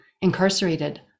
incarcerated